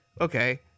okay